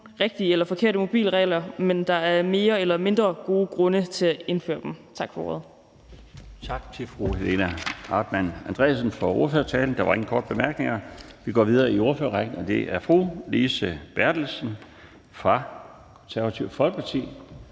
rigtige eller forkerte mobileregler, men der er mere eller mindre gode grunde til at indføre dem. Tak for ordet.